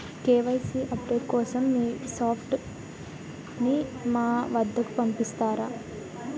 KYC update కోసం మీ staff ని మా వద్దకు పంపిస్తారా?